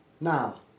Now